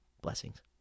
Blessings